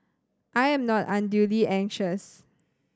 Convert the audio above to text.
I am not unduly anxious